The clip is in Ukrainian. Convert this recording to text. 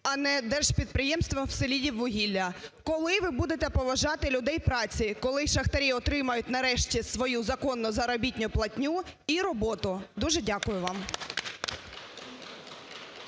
а не держпідприємством "Селидіввугілля"? Коли ви будете поважати людей праці? Коли шахтарі отримають, нарешті, свою законну заробітну платню і роботу? Дуже дякую вам.